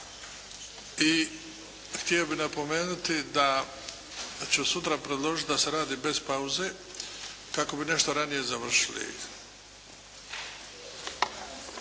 htio bih napomenuti da ću sutra predložiti da se radi bez pauze kako bi nešto ranije završili.